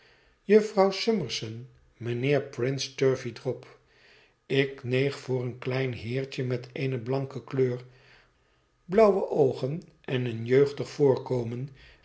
jufvrouw summerson mijnheer prince turveydrop ik neeg voor een klein heertje met eene blanke kleur blauwe oogen en een jeugdig voorkomen